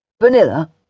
Vanilla